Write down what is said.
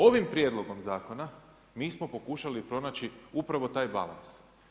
Ovim Prijedlogom zakona mi smo pokušali pronaći upravo taj balans.